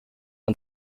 ein